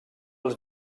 els